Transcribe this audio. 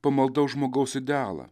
pamaldaus žmogaus idealą